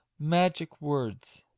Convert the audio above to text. magic words!